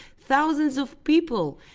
thousands of people!